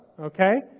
Okay